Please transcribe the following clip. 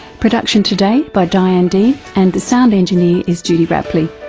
production today by diane dean and the sound engineer is judy rapley.